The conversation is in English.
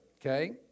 okay